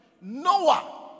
Noah